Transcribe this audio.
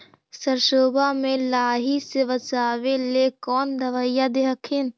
सरसोबा मे लाहि से बाचबे ले कौन दबइया दे हखिन?